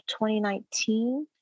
2019